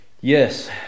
Yes